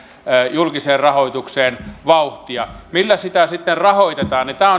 julkiseen rahoitukseen vauhtia millä sitä sitten rahoitetaan tämä